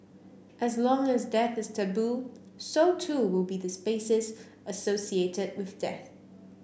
as long as death is taboo so too will be the spaces associated with death